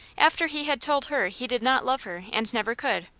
after he had told her he did not love her and never could.